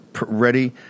ready